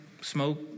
smoke